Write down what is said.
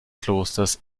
klosters